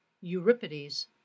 Euripides